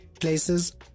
places